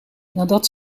nadat